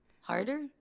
harder